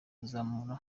kuzamura